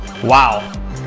wow